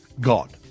God